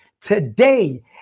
today